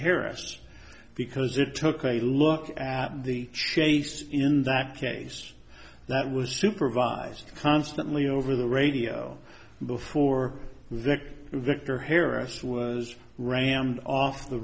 harrisons because it took a look at the chase in that case that was supervised constantly over the radio before victor victor harris was rammed off the